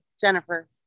Jennifer